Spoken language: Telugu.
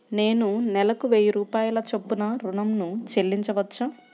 నేను నెలకు వెయ్యి రూపాయల చొప్పున ఋణం ను చెల్లించవచ్చా?